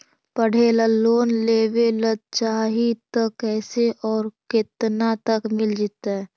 पढ़े ल लोन लेबे ल चाह ही त कैसे औ केतना तक मिल जितै?